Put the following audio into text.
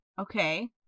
okay